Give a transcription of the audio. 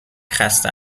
خسته